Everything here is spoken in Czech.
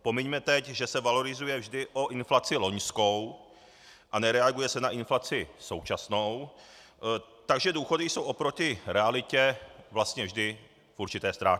Pomiňme teď, že se valorizuje vždy o inflaci loňskou a nereaguje se na inflaci současnou, takže důchody jsou oproti realitě vlastně vždy v určité ztrátě.